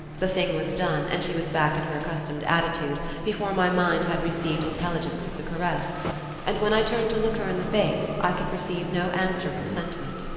the thing was done, and she was back in her accustomed attitude, before my mind had received intelligence of the caress and when i turned to look her in the face i could perceive no answerable sentiment.